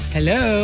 Hello